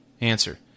Answer